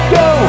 go